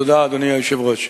תודה, אדוני היושב-ראש.